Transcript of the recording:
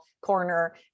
corner